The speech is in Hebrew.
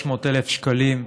300,000 שקלים.